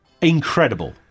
Incredible